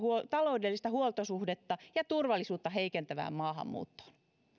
taloudellista huoltosuhdetta ja turvallisuutta heikentävään maahanmuuttoon